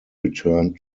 returned